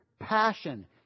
passion